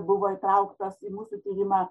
buvo įtrauktos į mūsų tyrimą